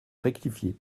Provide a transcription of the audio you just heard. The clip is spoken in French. rectifié